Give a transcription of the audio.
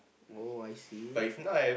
oh I see